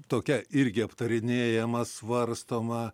tokia irgi aptarinėjama svarstoma